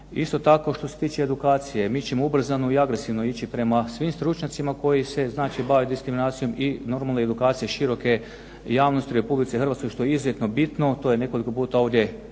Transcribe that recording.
Isto tako, što se tiče edukacije mi ćemo ubrzano i agresivno ići prema svim stručnjacima koji se bave diskriminacijom i normalno edukacija široke javnosti u Republici Hrvatskoj što je izuzetno bitno, to je nekoliko puta ovdje